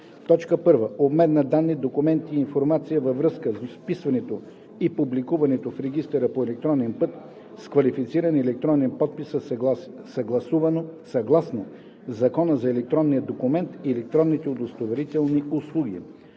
1. обмен на данни, документи и информация във връзка с вписването и публикуването в регистъра по електронен път с квалифициран електронен подпис съгласно Закона за електронния документ и електронните удостоверителни услуги;